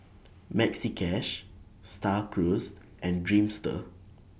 Maxi Cash STAR Cruise and Dreamster